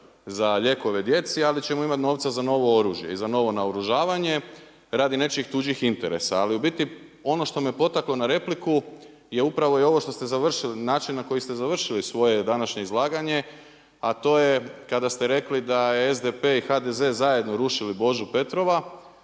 za lijekove djeci, ali ćemo imati novaca za novo oružje i za novo naoružavanje radi nečijih tuđih interesa. Ali u biti ono što me potaklo na repliku je upravo ovo što ste završili način na koji ste završili svoje današnje izlaganje, a to je kada ste rekli da SDP i HDZ zajedno rušili Božu Petrova